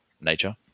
nature